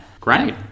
Great